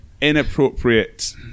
inappropriate